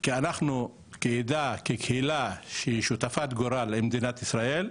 כי אנחנו כעדה וקהילה שהיא שותפת גורל עם מדינת ישראל,